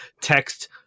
text